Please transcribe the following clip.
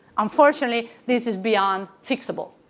unfortunately, this is beyond fixable.